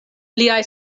liaj